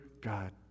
God